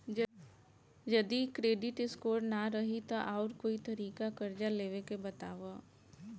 जदि credit score ना रही त आऊर कोई तरीका कर्जा लेवे के बताव?